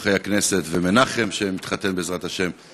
מאורחי הכנסת, ומנחם, שמתחתן בעזרת השם.